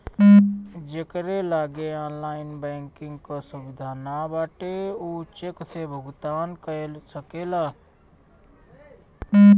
जेकरी लगे online banking कअ सुविधा नाइ बाटे उ चेक से भुगतान कअ सकेला